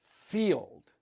field